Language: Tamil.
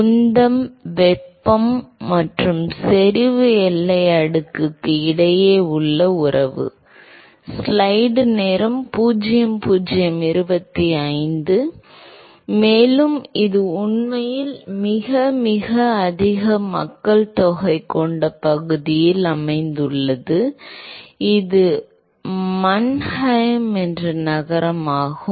உந்தம் வெப்பம் மற்றும் செறிவு எல்லை அடுக்குக்கு இடையே உள்ள உறவு மேலும் இது உண்மையில் மிக மிக அதிக மக்கள் தொகை கொண்ட பகுதியில் அமைந்துள்ளது இது மன்ஹெய்ம் என்ற நகரம் ஆகும்